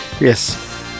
Yes